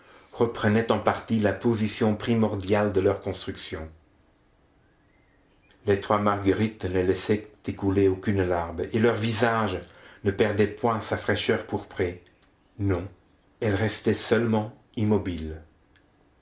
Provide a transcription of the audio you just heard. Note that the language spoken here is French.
reprenaient en partie la position primordiale de leur construction les trois marguerite ne laissaient écouler aucune larme et leur visage ne perdait point sa fraîcheur pourprée non elles restaient seulement immobiles